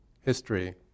history